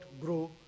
grow